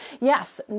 yes